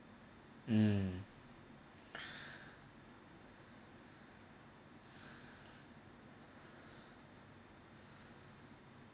um